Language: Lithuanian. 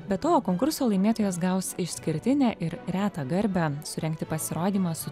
be to konkurso laimėtojas gaus išskirtinę ir retą garbę surengti pasirodymą su